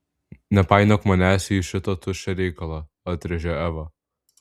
nepainiok manęs į šitą tuščią reikalą atrėžė eva